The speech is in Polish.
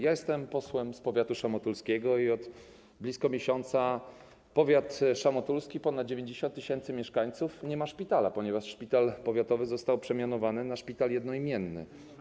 Jestem posłem z powiatu szamotulskiego i od blisko miesiąca powiat szamotulski, ponad 90 tys. mieszkańców, nie ma szpitala, ponieważ szpital powiatowy został przemianowany na szpital jednoimienny.